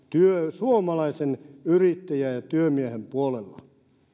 suomalaisen yrittäjän ja työmiehen puolella